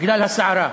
בגלל הסערה.